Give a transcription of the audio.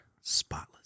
spotless